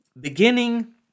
beginning